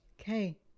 Okay